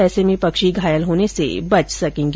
ऐसे में पक्षी घायल होने से बच सकेंग